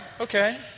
okay